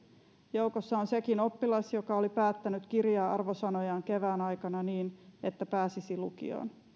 joukossa on sekin oppilas joka oli päättänyt kiriä arvosanojaan kevään aikana niin että pääsisi lukioon